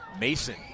Mason